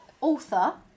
author